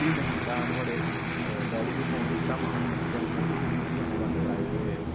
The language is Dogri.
फ्ही में कीता नुहाड़े डैडी गी फ़ोन कीता महां नमस्ते अंकल जी विशु कन्नै गल्ल कराएओ ते